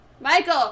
Michael